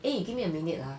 eh give me a minute ah